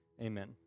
Amen